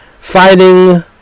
fighting